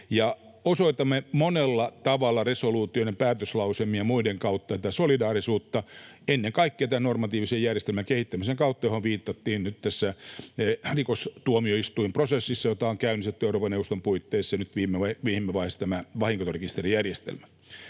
osoitamme monella tavalla, resoluutioiden, päätöslauselmien ja muiden kautta, solidaarisuutta, ennen kaikkea tämän normatiivisen järjestelmän kehittämisen kautta, johon viitattiin nyt tällä rikostuomioistuinprosessilla, jota on käynnistetty Euroopan neuvoston puitteissa, ja nyt viime vaiheessa tämän vahinkorekisterijärjestelmän